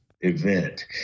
event